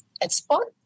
export